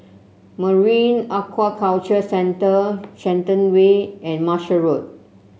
Marine Aquaculture Centre Shenton Way and Marshall Road